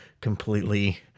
completely